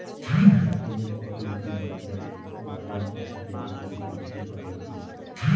চাষীদের ফসল ঠিক বাজার দর দেখে বুঝে বিক্রি করা উচিত